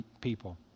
people